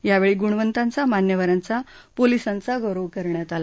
यावेळी गृणवंतांचा मान्यवरांचा पोलिसांचा गौरव करण्यात आला